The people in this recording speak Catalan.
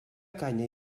canya